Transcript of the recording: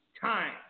time